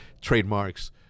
trademarks